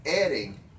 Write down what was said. adding